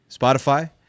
Spotify